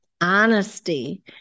honesty